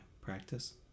Practice